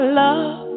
love